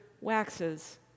waxes